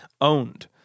owned